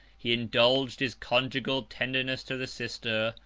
he indulged his conjugal tenderness to the sister,